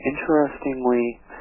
Interestingly